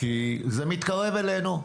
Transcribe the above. כי זה מתקרב אלינו.